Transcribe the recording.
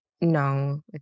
No